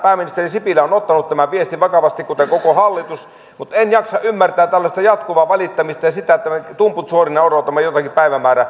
pääministeri sipilä on ottanut tämän viestin vakavasti kuten koko hallitus mutta en jaksa ymmärtää tällaista jatkuvaa valittamista ja sitä että me tumput suorina odotamme jotakin päivämäärää